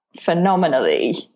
phenomenally